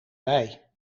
wei